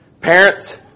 Parents